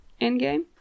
endgame